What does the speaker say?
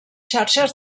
xarxes